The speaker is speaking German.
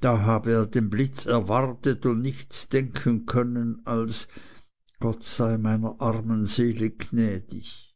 da habe er den blitz erwartet und nichts denken können als gott sei meiner armen seele gnädig